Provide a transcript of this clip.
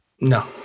No